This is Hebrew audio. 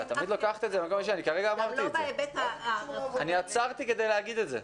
אני עצרתי כדי להגיד את זה.